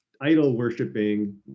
idol-worshiping